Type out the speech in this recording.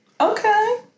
Okay